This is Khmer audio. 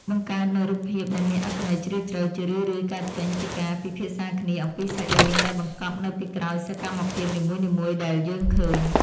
បង្កើតនូវរូបភាពដែលមានអត្ថន័យជ្រាលជ្រៅជារឿយៗកើតចេញពីការពិភាក្សាគ្នាអំពីសាច់រឿងដែលបង្កប់នៅពីក្រោយសកម្មភាពនីមួយៗដែលយើងឃើញ។